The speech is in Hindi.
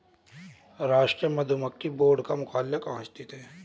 राष्ट्रीय मधुमक्खी बोर्ड का मुख्यालय कहाँ स्थित है?